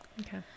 Okay